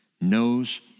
knows